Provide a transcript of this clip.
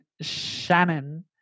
shannon